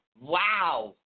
wow